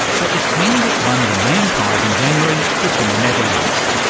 but the team that won the main prize in january was from the netherlands.